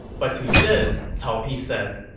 but to this, cao pi said,